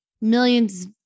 millions